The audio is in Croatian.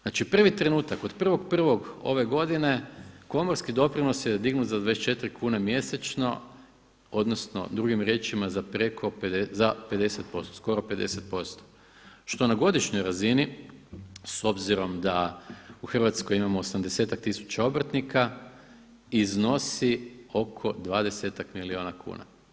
Znači prvi trenutak od 1.1. ove godine komorski doprinos je dignut za 24 kune mjesečno odnosno drugim riječima za 50% skoro 50% što na godišnjoj razini, s obzirom da u Hrvatskoj imamo osamdesetak tisuća obrtnika iznosi oko dvadesetak milijuna kuna.